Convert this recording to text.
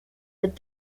with